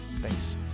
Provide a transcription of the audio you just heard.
Thanks